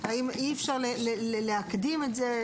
האם אי אפשר להקדים את זה?